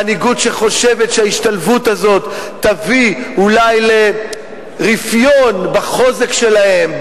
מנהיגות שחושבת שההשתלבות הזאת תביא אולי לרפיון בחוזק שלהם,